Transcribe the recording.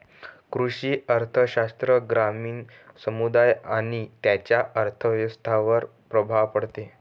कृषी अर्थशास्त्र ग्रामीण समुदाय आणि त्यांच्या अर्थव्यवस्थांवर प्रभाव पाडते